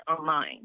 online